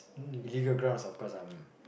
illegal grounds of course I'm